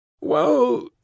Well